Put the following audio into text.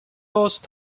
those